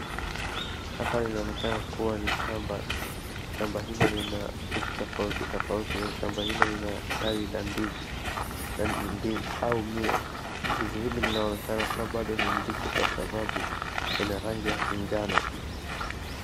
Hapa inaonekana kuwa ni shamba. Shamba hilo lina vitu tofauti tofauti na shamba hilo lina tari la ndizi au miwa. Ndizi hili linaonekana kuwa bado ni mbichi kwa sababu ina rangi ya kinjano.